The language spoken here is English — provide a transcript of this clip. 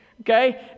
okay